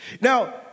Now